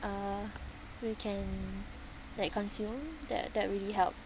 uh we can like consume that that really helped